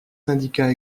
syndicats